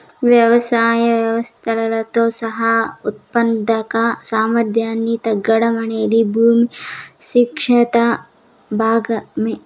వ్యవసాయ వ్యవస్థలతో సహా ఉత్పాదక సామర్థ్యాన్ని తగ్గడం అనేది భూమి క్షీణత భాగమే